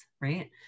right